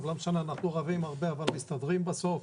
לא משנה, אנחנו רבים הרבה, אבל מסתדרים בסוף.